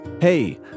Hey